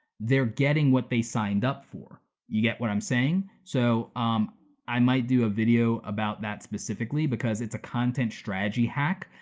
they're getting what they signed up for. you get what i'm saying? so um i might do a video about that specifically, because it's a content strategy hack.